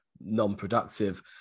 non-productive